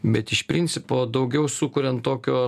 bet iš principo daugiau sukuriant tokio